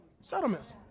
Settlements